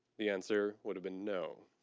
the answer would have been no,